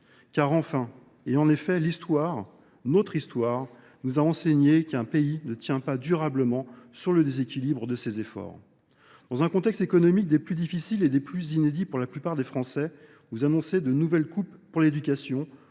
Car enfin, et en effet l'histoire, notre histoire, nous a enseigné qu'un pays ne tient pas durablement sur le déséquilibre de ses efforts. Dans un contexte économique des plus difficiles et des plus inédits pour la plupart des Français, vous annoncez de nouvelles coupes pour l'éducation,